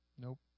Nope